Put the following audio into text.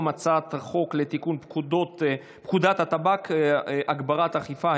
הצעת חוק לתיקון פקודת הטבק (הגברת האכיפה),